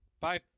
Bye